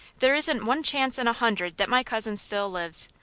there isn't one chance in a hundred that my cousin still lives.